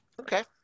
Okay